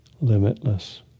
limitless